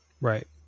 Right